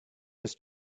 his